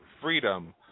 Freedom